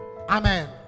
Amen